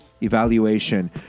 evaluation